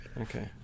Okay